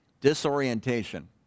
Disorientation